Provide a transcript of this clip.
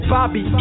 Bobby